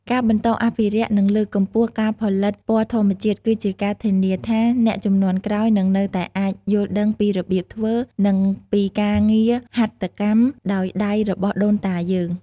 ការបន្តអភិរក្ស និងលើកកម្ពស់ការផលិតពណ៌ធម្មជាតិ គឺជាការធានាថាអ្នកជំនាន់ក្រោយនឹងនៅតែអាចយល់ដឹងពីរបៀបធ្វើ និងពីការងារហាត់កម្មដោយដៃរបស់ដូនតាយើង។